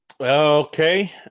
Okay